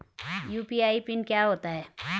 UPI PIN क्या होता है?